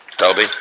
Toby